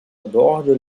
aborde